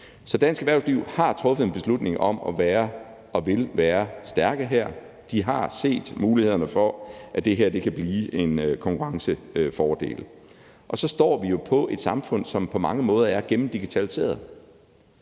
dansk erhvervsliv har truffet en beslutning om at være og om at ville være stærke her. De har set mulighederne for, at det her kan blive en konkurrencefordel. Og så står vi jo på et samfund, som på mange måder er gennemdigitaliseret.